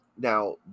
now